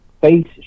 face